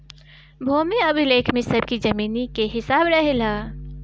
भूमि अभिलेख में सबकी जमीनी के हिसाब रहेला